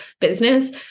business